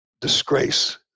disgrace